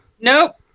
Nope